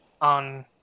on